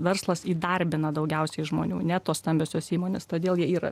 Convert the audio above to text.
verslas įdarbina daugiausiai žmonių ne tos stambiosios įmonės todėl jie yra